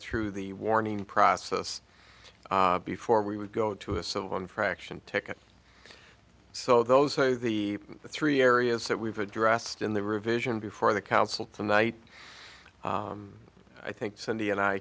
through the warning process before we would go to a civil infraction ticket so those are the three areas that we've addressed in the revision before the council tonight i think cindy and i